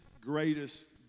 greatest